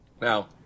Now